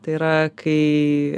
tai yra kai